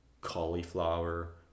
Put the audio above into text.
cauliflower